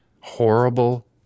horrible